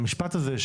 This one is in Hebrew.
המשפט הזה,